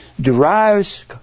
derives